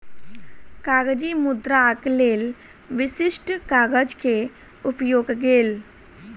कागजी मुद्राक लेल विशिष्ठ कागज के उपयोग गेल